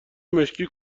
مشکی